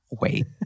wait